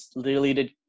deleted